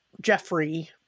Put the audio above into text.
Jeffrey